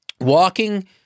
walking